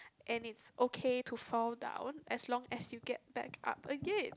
and it's okay to fall down as long as you get back up again